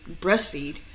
breastfeed